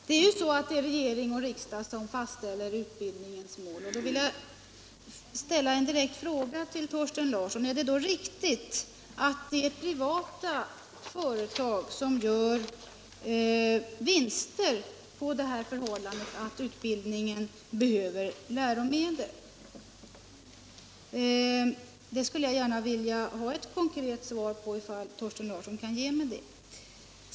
Det är ju regering och riksdag som fastställer utbildningsmålen, och därför vill jag ställa en direkt fråga till Thorsten Larsson: Är det då riktigt att privata företag gör vinster på det förhållandet att utbildningen behöver läromedel? Den frågan vill jag gärna ha ett konkret svar på, om Thorsten Larsson kan ge mig det.